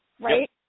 Right